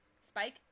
Spike